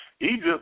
Egypt